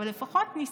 אבל לפחות ניסיתי,